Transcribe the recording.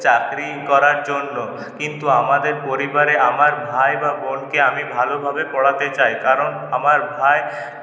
চাকরি করার জন্য কিন্তু আমাদের পরিবারে আমার ভাই বা বোনকে আমি ভালোভাবে পড়াতে চাই কারণ আমার ভাই